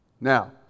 Now